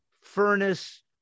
furnace